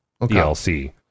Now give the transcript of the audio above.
DLC